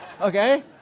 okay